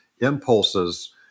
impulses